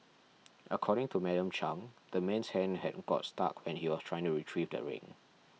according to Madam Chang the man's hand had got stuck when he was trying to retrieve the ring